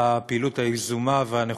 אינה נוכחת יאיר לפיד, בעד מנחם אליעזר מוזס,